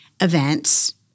events